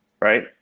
right